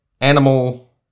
animal